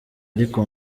ariko